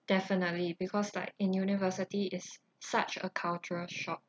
definitely because like in university is such a cultural shock